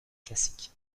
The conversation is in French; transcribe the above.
classique